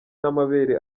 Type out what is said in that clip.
n’amabere